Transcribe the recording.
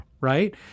right